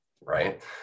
right